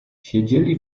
siedzieli